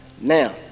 Now